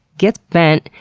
gets bent,